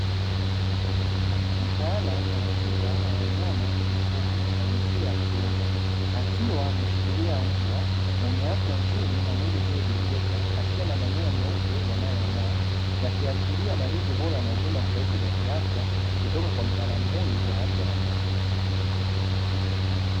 Mtaalamu wa tiba ya wanyama na mifugo wa jinsia ya kiume, akiwa ameshikilia mbwa mwenye afya nzuri na mwenye mwili uliojengeka, akiwa ana manyoya meupe yanayong'aa, yakiashiria malezi bora na huduma stahiki za kiafya kutoka kwa mtaalamu huyu wa afya ya wanyama.